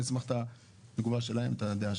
אשמח לקבל את הדעה שלהם.